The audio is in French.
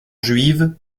juive